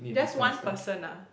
just one person ah